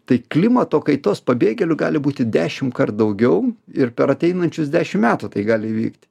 tai klimato kaitos pabėgėlių gali būti dešimtkart daugiau ir per ateinančius dešim metų tai gali įvykti